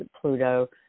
Pluto